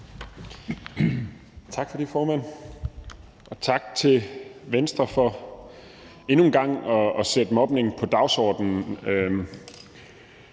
Tak for det, formand, og tak til Venstre for endnu en gang at sætte mobning på dagsordenen.